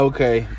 Okay